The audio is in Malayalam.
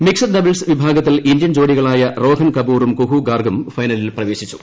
മിക്സഡ് ഡബിൾസ് വിഭാഗത്തിൽ ഇന്ത്യൻ ജോഡികളായ റോഹൻ കപൂറും കുഹു ഗാർഗും ഫൈനലിൽ പ്രവേശിച്ചു